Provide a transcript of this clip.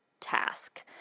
task